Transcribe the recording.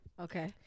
Okay